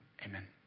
Amen